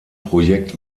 projekt